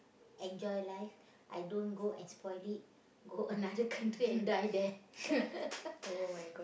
enjoy life I don't go and spoil it go another country and die there